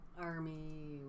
Army